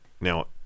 now